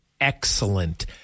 excellent